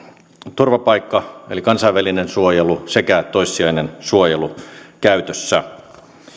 turvapaikka eli kansainvälinen suojelu sekä toissijainen suojelu käytössä